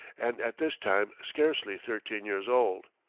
and at this time scarcely thirteen years old.